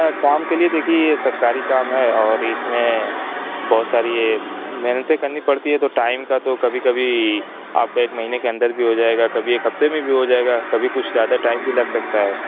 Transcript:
کام کے لیے دیکھیے یہ سرکاری کام ہے اور اس میں بہت ساری یہ محنت کرنی پڑتی ہے تو ٹائم کا تو کبھی کبھی آپ کا ایک مہینے کے اندر بھی ہو جائے گا کبھی ایک ہفتے میں بھی ہو جائے گا کبھی کچھ زیادہ ٹائم بھی لگ سکتا ہے